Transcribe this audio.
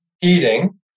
heating